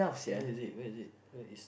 where is it where is it where is